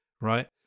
right